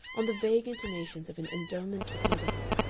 on the vague intimations of an endowment of motherhood,